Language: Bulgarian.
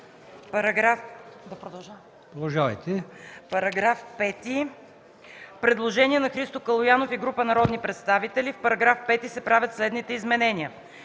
По § 5 има предложение на Христо Калоянов и група народни представители: В § 5 се правят следните изменения: